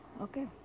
okay